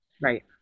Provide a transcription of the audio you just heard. right